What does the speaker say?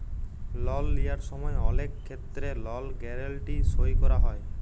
লল লিঁয়ার সময় অলেক খেত্তেরে লল গ্যারেলটি সই ক্যরা হয়